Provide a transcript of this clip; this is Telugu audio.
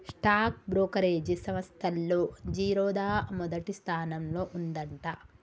స్టాక్ బ్రోకరేజీ సంస్తల్లో జిరోదా మొదటి స్థానంలో ఉందంట